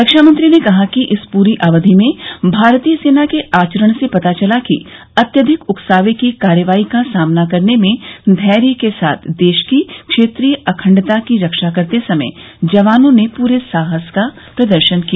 रक्षा मंत्री ने कहा कि इस पूरी अवधि में भारतीय सेना के आचरण से पता चला कि अत्यधिक उकसावे की कार्रवाई का सामना करने में धैर्य के साथ देश की क्षेत्रीय अखंडता की रक्षा करते समय जवानों ने पूरे साहस का प्रदर्शन किया